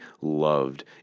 loved